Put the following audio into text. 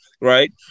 right